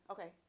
Okay